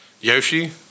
Yoshi